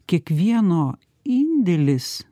kiekvieno indėlis